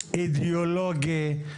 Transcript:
אידיאולוגי,